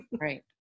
Right